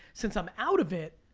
since i'm out of it.